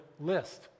list